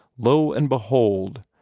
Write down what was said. lo, and behold!